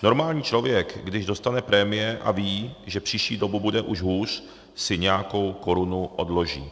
Normální člověk, když dostane prémie a ví, že příští dobu bude už hůř, si nějakou korunu odloží.